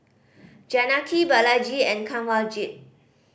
Janaki Balaji and Kanwaljit